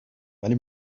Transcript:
ولی